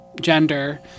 gender